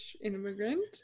immigrant